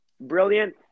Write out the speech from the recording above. Brilliant